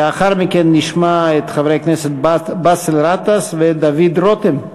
לאחר מכן נשמע את חברי הכנסת באסל גטאס ודוד רותם.